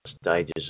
stages